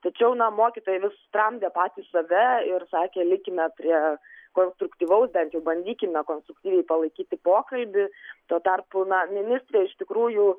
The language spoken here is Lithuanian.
tačiau na mokytojai vis tramdė patys save ir sakė likime prie konstruktyvaus bent jau bandykime konstruktyviai palaikyti pokalbį tuo tarpu na ministrė iš tikrųjų